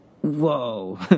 Whoa